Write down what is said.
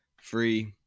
free